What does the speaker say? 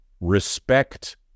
respect